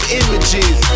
images